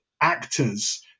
actors